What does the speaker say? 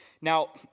Now